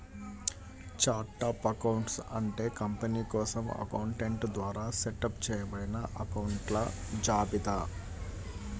chart of accounts అంటే company కోసం accountant ద్వారా సెటప్ చేయబడిన అకొంట్ల జాబితా